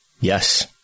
Yes